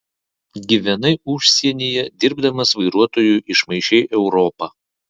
gyvenai užsienyje dirbdamas vairuotoju išmaišei europą